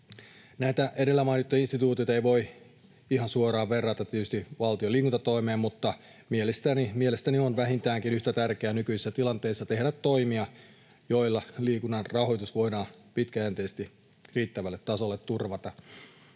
Näitä edellä mainittuja instituutioita ei voi tietysti ihan suoraan verrata valtion liikuntatoimeen, mutta mielestäni on vähintäänkin yhtä tärkeää nykyisessä tilanteessa tehdä toimia, joilla liikunnan rahoitus voidaan turvata pitkäjänteisesti riittävälle tasolle.